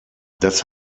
das